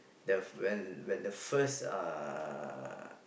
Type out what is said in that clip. the friend when the first uh